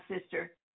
sister